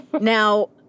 Now